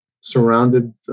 surrounded